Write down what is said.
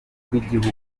rw’igihugu